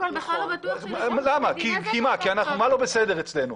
כי מה לא בסדר אצלנו?